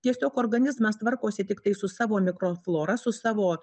tiesiog organizmas tvarkosi tiktai su savo mikroflora su savo